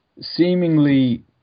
seemingly